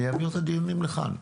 אני אעביר את הדיונים לכאן.